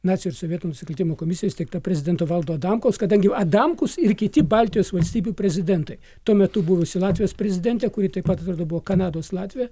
nacių ir sovietų nusikaltimų komisija įsteigta prezidento valdo adamkaus kadangi adamkus ir kiti baltijos valstybių prezidentai tuo metu buvusi latvijos prezidentė kuri taip pat kartu buvo kanados latvė